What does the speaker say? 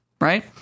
right